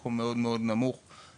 במקום מאוד-מאוד נמוך כשהתחלנו את זה,